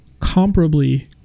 comparably